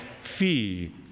fee